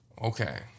Okay